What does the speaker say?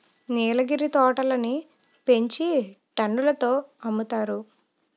నీలగిరి తోటలని పెంచి టన్నుల తో అమ్ముతారు